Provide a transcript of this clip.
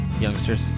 youngsters